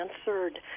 answered